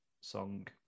song